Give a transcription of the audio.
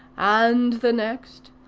and the next,